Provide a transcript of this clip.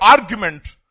Argument